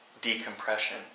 decompression